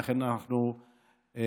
לכן, אנחנו רואים,